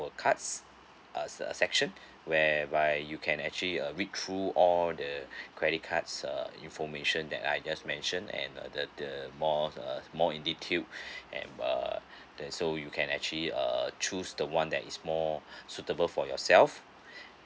cards uh uh section whereby you can actually uh read through all the credit cards err information that I just mentioned and uh the the more uh more in detailed and uh then so you can actually err choose the one that is more suitable for yourself